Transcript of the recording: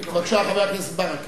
בבקשה, חבר הכנסת ברכה.